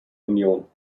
union